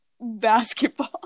basketball